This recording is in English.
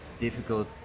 difficult